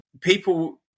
People